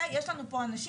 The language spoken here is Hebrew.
יש לנו פה אנשים,